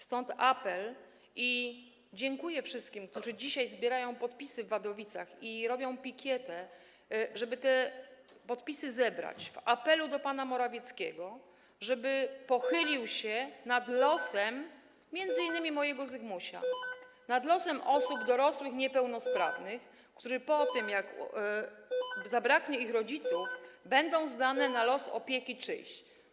Stąd apel i dziękuję wszystkim, którzy dzisiaj zbierają podpisy w Wadowicach i robią pikietę, żeby te podpisy zebrać, apelując do pana Morawieckiego, żeby pochylił się nad losem m.in. mojego Zygmusia, nad losem dorosłych niepełnosprawnych osób, którzy po tym, jak zabraknie ich rodziców, będą zdani na los, na czyjąś opiekę.